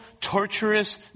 torturous